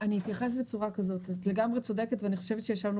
אתייחס בצורה כזאת: את לגמרי צודקת ואני חושבת שישבנו